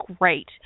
great